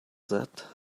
that